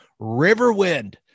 riverwind